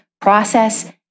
process